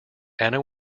anna